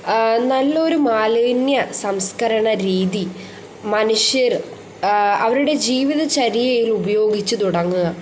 നല്ലൊരു മാലിന്യ സംസ്കരണ രീതി മനുഷ്യർ അവരുടെ ജീവിതചര്യയിൽ ഉപയോഗിച്ചു തുടങ്ങുക